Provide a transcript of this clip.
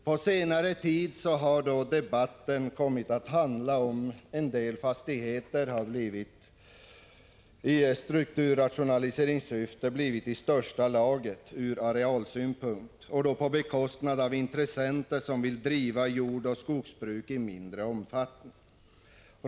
På senare tid har debatten kommit att handla om att en del fastigheter i strukturrationaliseringssyfte blivit i största laget från arealsynpunkt, på bekostnad av intressenter som vill driva jordoch skogsbruk i mindre omfattning.